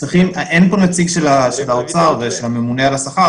אין פה נציג של הממונה על השכר,